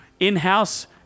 In-house